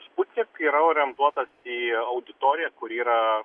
sputnik yra orientuotas į auditoriją kur yra